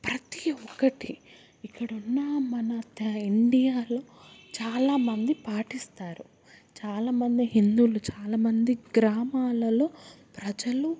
ప్రతి ఒక్కటి ఇక్కడున్న మన తె ఇండియాలో చాలా మంది పాటిస్తారు చాలా మంది హిందువులు చాలా మంది గ్రామాలలో ప్రజలు